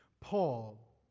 Paul